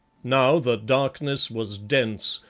now the darkness was dense,